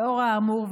לאור האמור,